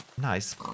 Nice